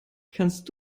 kannst